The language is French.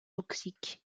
toxiques